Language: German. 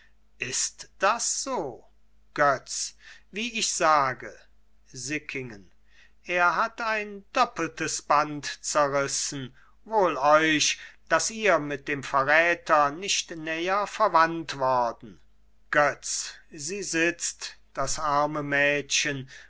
ist das so götz wie ich sage sickingen er hat ein doppeltes band zerrissen wohl euch daß ihr mit dem verräter nicht näher verwandt worden götz sie sitzt das arme mädchen